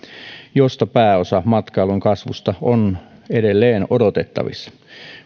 josta pääosa matkailun kasvusta on edelleen odotettavissa